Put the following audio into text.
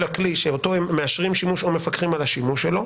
הכלי שאותו הם מאשרים שימוש או מפקחים על השימוש שלו,